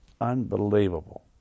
Unbelievable